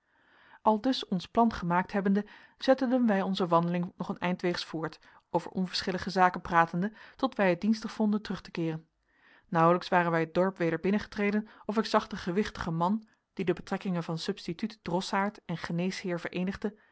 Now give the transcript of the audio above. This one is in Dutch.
aldus ons plan gemaakt hebbende zetteden wij onze wandeling nog een eindweegs voort over onverschillige zaken pratende tot wij het dienstig vonden terug te keeren nauwelijks waren wij het dorp weder binnengetreden of ik zag den gewichtigen man die de betrekkingen van substituut drossaard en geneesheer vereenigde